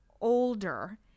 older